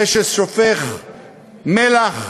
זה ששופך מלח,